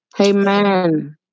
Amen